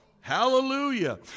Hallelujah